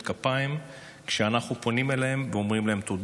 כפיים כשאנחנו פונים אליהם ואומרים להם תודה,